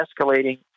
escalating